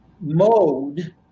mode